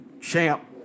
champ